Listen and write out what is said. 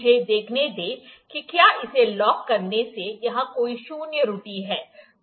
मुझे देखने दें कि क्या इसे लॉक करने से यहां कोई शून्य त्रुटि है